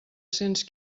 cents